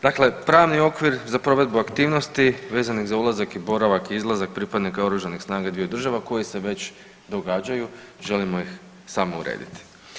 Dakle, pravni okvir za provedbu aktivnosti vezanih za ulazak i boravak i izlazak pripadnika OS-a dviju država koje se već događaju, želimo ih samo urediti.